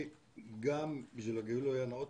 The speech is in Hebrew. גם בשביל הגילוי נאות,